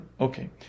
Okay